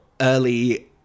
early